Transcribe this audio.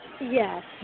Yes